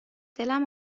دلم